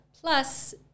Plus